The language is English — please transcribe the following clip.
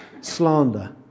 slander